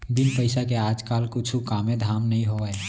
बिन पइसा के आज काल कुछु कामे धाम नइ होवय